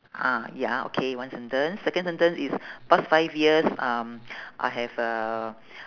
ah ya okay one sentence second sentence is past five years um I have uh